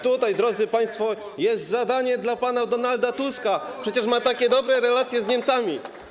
Tutaj, drodzy państwo, jest zadanie dla pana Donalda Tuska, przecież ma takie dobre relacje z Niemcami.